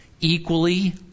equally